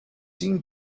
seem